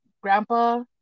grandpa